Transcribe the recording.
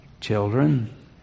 children